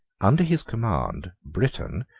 under his command, britain,